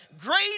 great